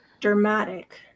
dramatic